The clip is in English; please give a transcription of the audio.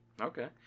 Okay